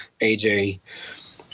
AJ